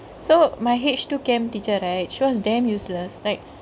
so my H two chem teacher she was damn useless like